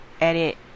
edit